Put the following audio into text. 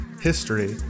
history